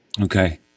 Okay